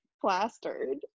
plastered